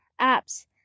apps